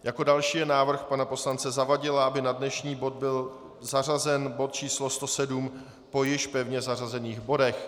Jako další je návrh pana poslance Zavadila, aby na dnešní program byl zařazen bod číslo 107 po již pevně zařazených bodech.